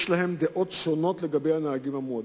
יש להם דעות שונות לגבי הנהגים המועדים,